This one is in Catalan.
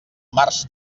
març